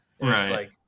Right